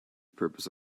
purpose